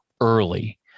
early